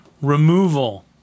removal